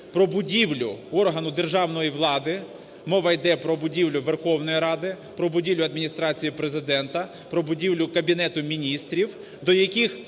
про будівлю органу державної влади. Мова йде про будівлю Верховної Ради, про будівлю Адміністрації Президента, про будівлю Кабінету Міністрів, до яких